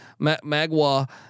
Magua